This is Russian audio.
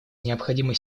необходима